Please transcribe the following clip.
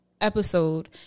episode